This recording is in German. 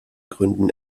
gründen